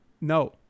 no